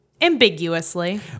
ambiguously